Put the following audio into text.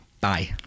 Bye